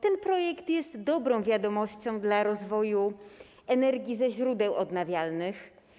Ten projekt jest dobrą wiadomością dla rozwoju energii ze źródeł odnawialnych.